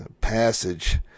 passage